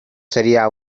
seria